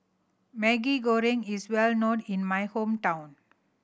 Maggi Goreng is well known in my hometown